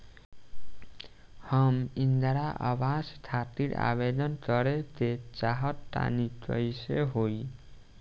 हम इंद्रा आवास खातिर आवेदन करे क चाहऽ तनि कइसे होई?